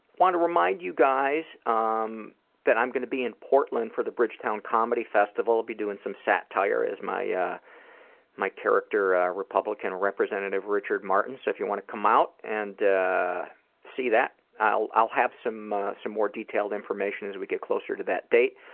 want to remind you guys um that i'm going to be in portland for the bridgetown comedy festival. i'll be doing some satire as my yeah my character ah republican representative richard martin. so if you want to come out and see that i'll i'll have some some more detailed information as we get closer to that date.